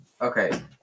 Okay